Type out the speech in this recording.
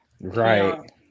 right